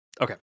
okay